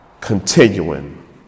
continuing